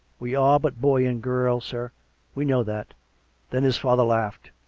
we are but boy and girl, sir we know that then his father laughed.